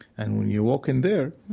and when you walk in there,